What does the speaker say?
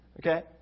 Okay